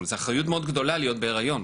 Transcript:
זו אחריות מאוד גדולה להיות בהיריון,